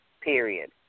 Period